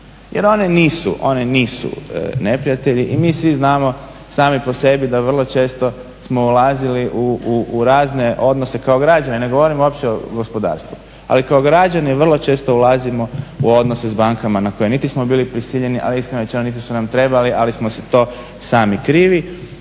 jer one nisu neprijatelji i mi svi znamo sami po sebi da vrlo često smo ulazili u razne odnose kao građani, ne govorim uopće o gospodarstvu, ali kao građani vrlo često ulazimo u odnose s bankama na koje niti smo bili prisiljeni ali iskreno rečeno niti su nam trebali ali smo si to sami krivi.